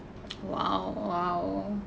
!wow! !wow!